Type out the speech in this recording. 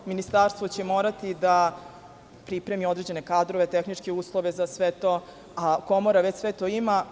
Ministarstvo će morati da pripremi određene kadrove, tehničke uslove za sve to, a komora sve to ima.